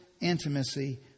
intimacy